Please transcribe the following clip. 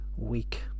week